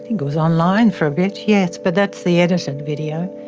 it was online for a bit, yes. but that's the edited video.